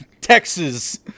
Texas